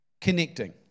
connecting